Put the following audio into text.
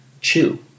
chew